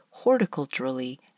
horticulturally